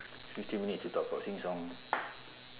fifteen minute to talk cock sing song